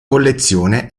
collezione